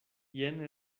jen